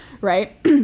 Right